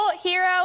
hero